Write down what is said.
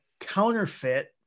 counterfeit